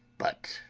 but,